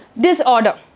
disorder